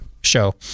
show